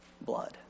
blood